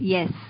Yes